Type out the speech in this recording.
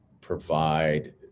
provide